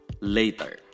later